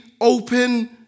open